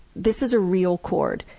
this is a real cord.